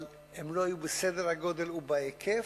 אבל הם לא היו בסדר הגודל ובהיקף,